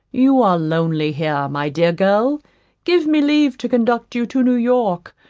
you are lonely here, my dear girl give me leave to conduct you to new-york,